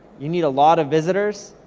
you need a lot of visitors,